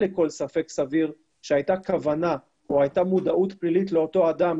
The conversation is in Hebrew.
לכל ספק סביר שהייתה כוונה או הייתה מודעות פלילית לאותו אדם,